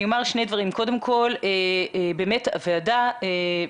אני אומר שני דברים, הוועדה שמה